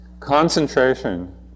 Concentration